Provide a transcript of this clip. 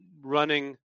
running